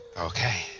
Okay